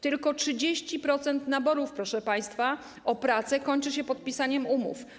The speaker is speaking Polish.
Tylko 30% naborów, proszę państwa, o pracę kończy się podpisaniem umów.